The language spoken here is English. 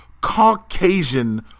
Caucasian